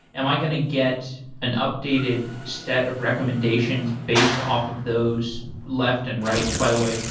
am i going to get an updated set of recommendations based off of those left and right? by the way,